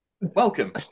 welcome